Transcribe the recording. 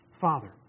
Father